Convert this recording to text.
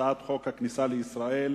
הצעת חוק הכניסה לישראל